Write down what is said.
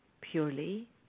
purely